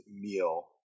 meal